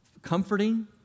comforting